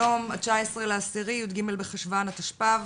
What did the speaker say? היום, ה-19 באוקטובר 2021, י"ג בחשוון התשפ"ב.